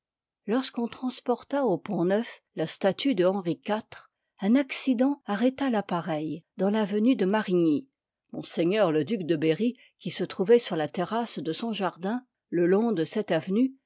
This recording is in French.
lorsqu'on transporta au pont-neuf la statue de henri iv un accident arrêta l'appareil dans favenue de marigny ms le duc de berry qui se trouvoit sur la terrasse de son jardin le long de cette avenue